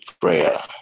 prayer